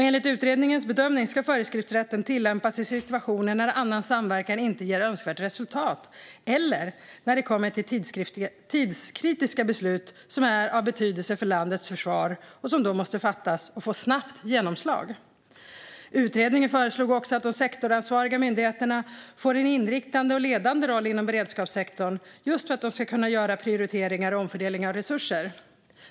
Enligt utredningens bedömning ska föreskriftsrätten tillämpas i situationer när annan samverkan inte ger önskvärt resultat eller när det kommer till tidskritiska beslut som är av betydelse för landets försvar och som måste få snabbt genomslag. Utredningen föreslog också att de sektorsansvariga myndigheterna får en inriktande och ledande roll inom beredskapssektorn, just för att de ska kunna göra prioriteringar och omfördelningar av resurser.